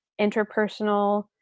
interpersonal